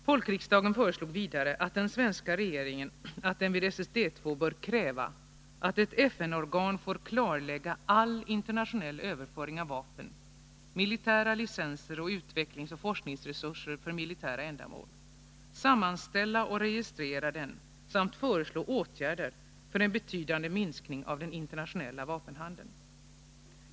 Folkriksdagen föreslog vidare den svenska regeringen att den vid SSD II bör kräva att ett FN-organ får klarlägga all internationell överföring av vapen, militära licenser och utvecklingsoch forskningsresurser för militära ändamål, sammanställa och registrera dem samt föreslå åtgärder för en betydande minskning av den internationella vapenhandeln.